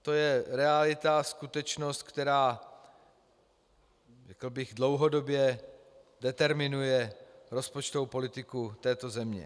To je realita, skutečnost, která, řekl bych, dlouhodobě determinuje rozpočtovou politiku této země.